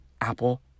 Apple